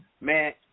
man